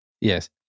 Yes